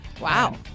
Wow